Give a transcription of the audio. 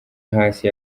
hasi